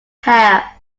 hair